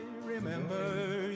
remember